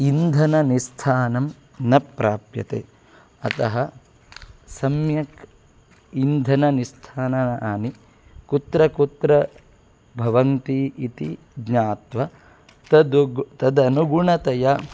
इन्धननिस्थानं न प्राप्यते अतः सम्यक् इन्धननिस्थानानि कुत्र कुत्र भवन्ति इति ज्ञात्वा तत् तदनुगुणतया